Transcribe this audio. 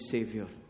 Savior